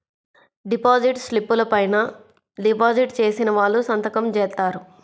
deposit స్లిపుల పైన deposit చేసిన వాళ్ళు సంతకం జేత్తారు